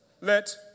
Let